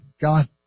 God